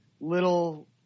little